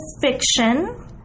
fiction